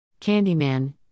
Candyman